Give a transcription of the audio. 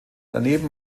daneben